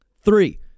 Three